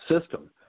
system